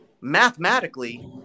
mathematically